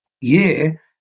year